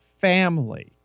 family